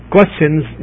Questions